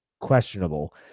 questionable